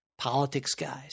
PoliticsGuys